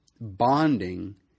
Bonding